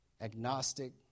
Agnostic